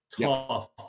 tough